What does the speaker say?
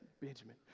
Benjamin